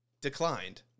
declined